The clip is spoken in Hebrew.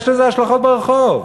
יש לזה השלכות ברחוב.